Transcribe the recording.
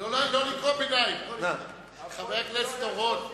לא לקרוא קריאות ביניים, חבר הכנסת אורון.